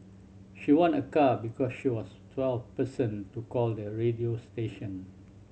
she won a car because she was twelfth person to call the radio station